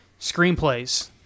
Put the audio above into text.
screenplays